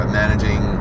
managing